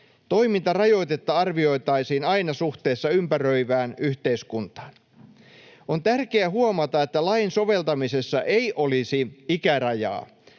Toimintarajoitetta arvioitaisiin aina suhteessa ympäröivään yhteiskuntaan. On tärkeää huomata, että lain soveltamisessa ei olisi ikärajaa,